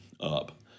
up